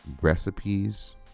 recipes